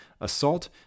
assault